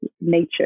nature